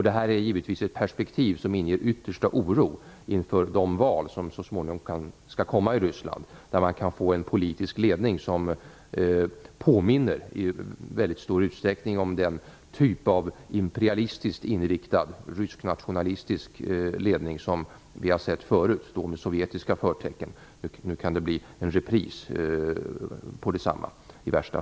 Detta är givetvis ett perspektiv som inger yttersta oro inför de val som småningom skall hållas i Ryssland, där man kan få en politisk ledning som i mycket stor utsträckning påminner om den typ av imperialistiskt inriktad rysknationalistisk ledning som vi har sett tidigare, då med sovjetiska förtecken; nu kan det i värsta fall bli en repris av det.